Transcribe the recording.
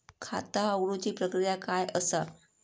खाता उघडुची प्रक्रिया काय असा?